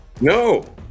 No